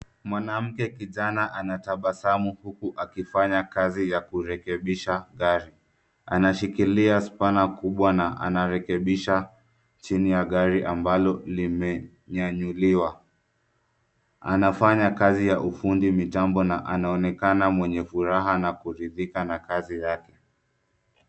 Mwanamke kijana anatabasamu huku akifanya kazi ya kurekebisha gari. Anashikilia spana kubwa na anarekebisha chini ya gari ambalo limenyanyuliwa. Anafanya kazi ya ufundi, mitambo na anaonekana mwenye furaha na kuridhika na kazi yake.